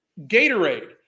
Gatorade